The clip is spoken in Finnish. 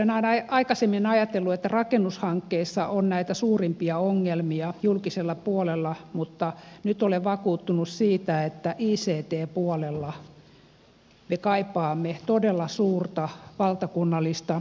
olen aina aikaisemmin ajatellut että rakennushankkeissa on näitä suurimpia ongelmia julkisella puolella mutta nyt olen vakuuttunut siitä että ict puolella me kaipaamme todella suurta valtakunnallista ryhtiliikettä